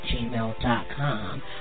gmail.com